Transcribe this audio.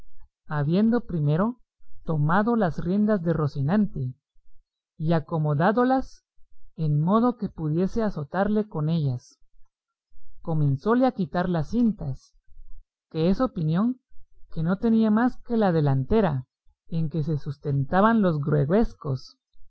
habiendo primero tomado las riendas de rocinante y acomodádolas en modo que pudiese azotarle con ellas comenzóle a quitar las cintas que es opinión que no tenía más que la delantera en que se sustentaban los greguescos